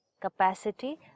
capacity